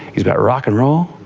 he's about rock and roll,